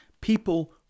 People